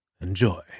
Enjoy